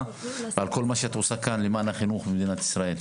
על כל מה שאת עושה כאן למען החינוך במדינת ישראל.